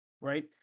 right